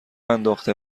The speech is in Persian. انداخته